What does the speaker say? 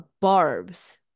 barbs